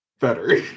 better